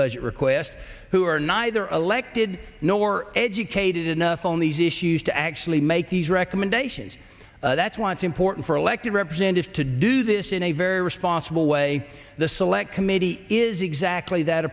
budget requests who are neither aleck did nor educated enough on these issues to actually make these recommendations that's once important for elected representatives to do this in a very responsible way the select committee is exactly that